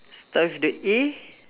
start with the A